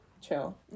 chill